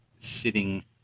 sitting